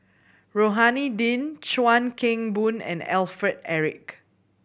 Rohani Din Chuan Keng Boon and Alfred Eric